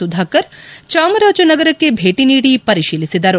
ಸುಧಾಕರ್ ಚಾಮರಾಜನಗರಕ್ಕೆ ಭೇಟಿ ನೀಡಿ ಪರಿತೀಲಿಸಿದರು